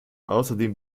außerdem